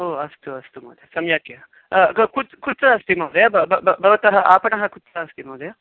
ओ अस्तु अस्तु महोदय सम्यक् कु कुत्र अस्ति महोदय भवतः आपणः कुत्र अस्ति महोदय